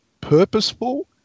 purposeful